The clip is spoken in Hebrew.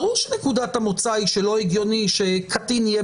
ברור שנקודת המוצא היא שלא הגיוני שקטין יהיה